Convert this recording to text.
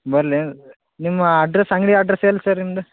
ಬರಲೆ ನಿಮ್ಮ ಅಡ್ರಸ್ ಅಂಗಡಿ ಅಡ್ರಸ್ ಎಲ್ಲಿ ಸರ್ ನಿಮ್ದು